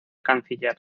canciller